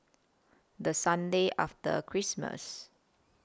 The Sunday after Christmas